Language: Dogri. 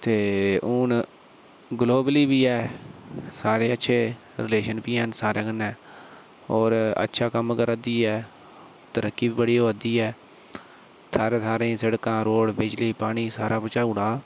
ते हुन गलोबली बी ऐ सारें कन्नै अच्छे रिलेशन बी हैन होर अच्छा कम्म करा दी ऐ तरक्की बी बड़ी होआ दी ऐ थाह्रें थाह्रें बिजली रोड़ सडकां पजाऊडदा